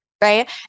right